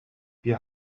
wir